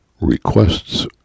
requests